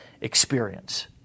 experience